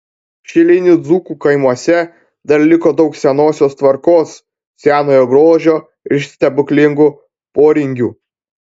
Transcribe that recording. šilinių dzūkų kaimuose dar liko daug senosios tvarkos senojo grožio ir stebuklingų poringių